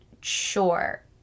sure